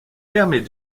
permet